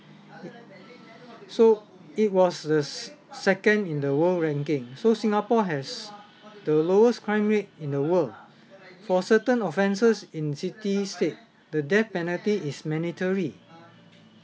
so it was the s~ second in the world ranking so singapore has the lowest crime rate in the world for certain offences in city state the death penalty is mandatory